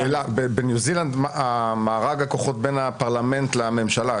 שאלה: מה מארג הכוחות בניו-זילנד בין הפרלמנט לממשלה,